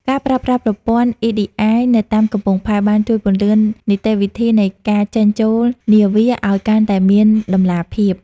ការប្រើប្រាស់ប្រព័ន្ធ EDI នៅតាមកំពង់ផែ បានជួយពន្លឿននីតិវិធីនៃការចេញ-ចូលនាវាឱ្យកាន់តែមានតម្លាភាព។